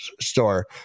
store